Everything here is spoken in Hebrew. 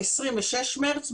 26 במרץ,